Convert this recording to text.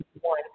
one